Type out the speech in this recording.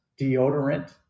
deodorant